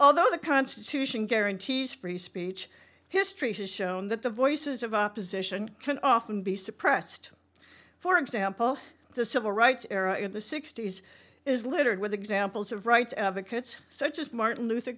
although the constitution guarantees free speech history has shown that the voices of opposition can often be suppressed for example the civil rights era in the sixty's is littered with examples of rights advocates such as martin luther